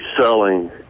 selling